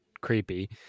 creepy